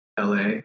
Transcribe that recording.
la